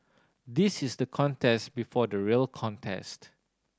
this is the contest before the real contest